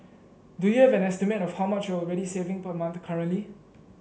do you have an estimate of how much you're already saving per month currently